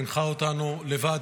חינכה אותנו לבד,